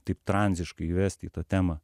taip tranziškai įvesti į tą temą